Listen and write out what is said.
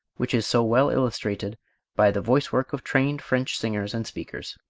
which is so well illustrated by the voice work of trained french singers and speakers.